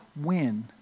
win